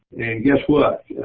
guess what?